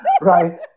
right